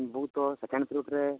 ᱵᱩ ᱛᱚ second period ᱨᱮ